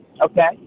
Okay